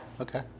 Okay